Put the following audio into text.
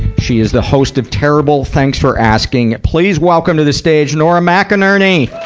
she is the host of terrible, thanks for asking. please welcome to the stage nora mcinerney!